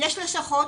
יש לשכות